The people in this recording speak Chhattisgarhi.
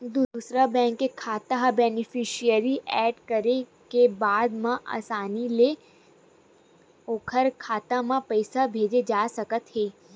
दूसर बेंक के खाता ह बेनिफिसियरी एड करे के बाद म असानी ले ओखर खाता म पइसा भेजे जा सकत हे